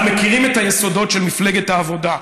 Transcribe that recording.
אנחנו מכירים את היסודות של מפלגת העבודה.